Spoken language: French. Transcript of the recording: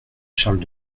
charles